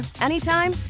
anytime